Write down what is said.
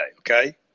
okay